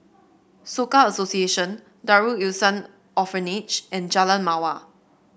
Soka Association Darul Ihsan Orphanage and Jalan Mawar